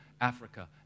Africa